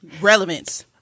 relevance